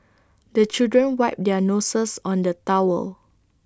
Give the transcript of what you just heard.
the children wipe their noses on the towel